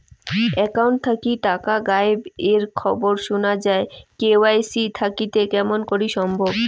Account থাকি টাকা গায়েব এর খবর সুনা যায় কে.ওয়াই.সি থাকিতে কেমন করি সম্ভব?